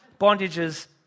bondages